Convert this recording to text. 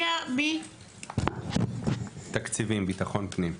אני מאגף תקציבים של ביטחון פנים.